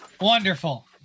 Wonderful